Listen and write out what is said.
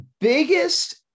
biggest